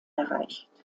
erreicht